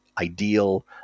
ideal